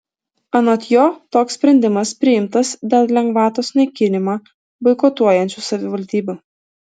anot jo toks sprendimas priimtas dėl lengvatos naikinimą boikotuojančių savivaldybių